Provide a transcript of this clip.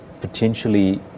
potentially